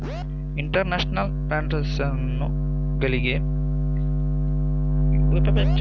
International transactions ಗಳಿಗೆ UPI ಬಳಸಬಹುದೇ?